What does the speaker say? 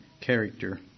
character